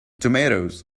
tomatoes